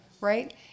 Right